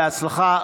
בהצלחה.